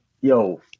yo